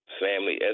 family